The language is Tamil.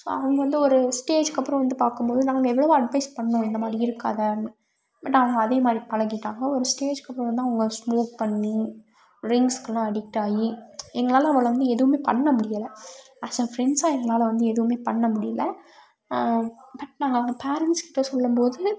ஸோ அவங்க வந்து ஒரு ஸ்டேஜ்கப்புறம் வந்து பார்க்கும்போது நாங்கள் எவ்வளவோ அட்வைஸ் பண்ணிணோம் இந்த மாதிரி இருக்காது பட் அவங்க அதே மாதிரி பழகிட்டாங்க ஒரு ஸ்டேஜுக்கு அப்புறந்தான் அவங்க ஸ்மோக் பண்ணி ட்ரிங்க்ஸ்கெலாம் அடிக்ட் ஆகி எங்களால் அவளை வந்து எதுவுமே பண்ண முடியலை அஸ் ஏ ஃப்ரெண்ட்ஸாக எங்களால் வந்து எதுவுமே பண்ண முடியலை பட் நாங்கள் அவங்க பேரண்ட்ஸ் கிட்டே சொல்லும்போது